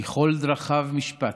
כי כל דרכיו משפט,